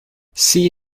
see